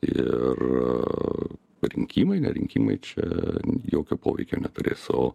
ir rinkimai ne rinkimai čia jokio poveikio neturės o